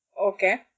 Okay